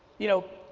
you know,